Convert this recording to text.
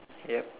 yup